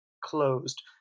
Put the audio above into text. closed